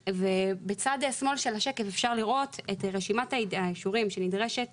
ובצד שמאל של השקף אפשר לראות את רשימת האישורים שנדרשת